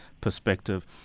perspective